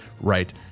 right